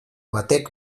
batek